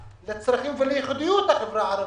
לצרכים ולייחודיות של החברה הערבית,